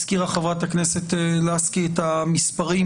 הזכירה חברת הכנסת לסקי את המספרים